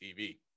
TV